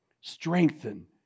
strengthen